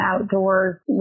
outdoors